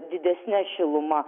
didesne šiluma